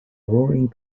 roaring